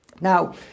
Now